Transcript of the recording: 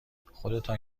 خودتان